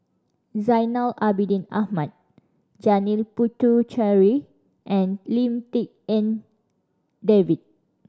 Zainal Abidin Ahmad Janil Puthucheary and Lim Tik En David